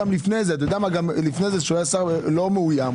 אתה יודע מה לפני זה שהוא היה שר לא מאוים,